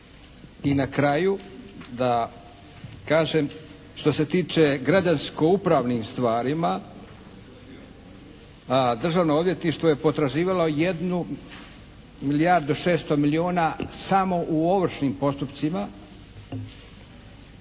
I na kraju da kažem što se tiče građansko upravnim stvarima, državno odvjetništvo je potraživalo jednu milijardu i 600 milijuna samo u ovršnim postupcima.